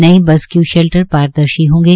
नए bus queue shelter पारदर्शी होंगे